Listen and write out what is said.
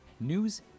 news